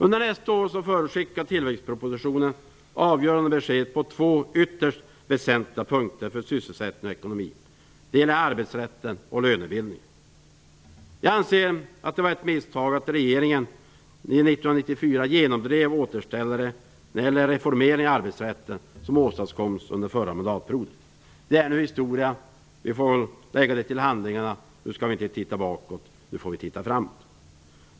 Under nästa år förutskickar tillväxtpropositionen avgörande besked på två ytterst väsentliga punkter för sysselsättningen och ekonomin: arbetsrätten och lönebildningen. Jag anser att det var ett misstag att regeringen 1994 genomdrev återställare när det gäller de reformeringar av arbetsrätten som åstadkoms under den förra mandatperioden. Det är nu historia, och vi får väl lägga det till handlingarna. Nu skall vi inte se bakåt, nu får vi se framåt.